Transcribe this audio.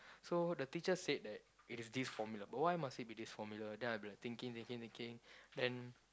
so the teachers said that is this formula why must it be this formula then I will be like thinking thinking thinking then